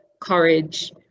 courage